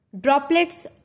droplets